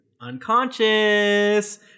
unconscious